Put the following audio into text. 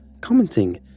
commenting